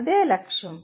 అదే లక్ష్యం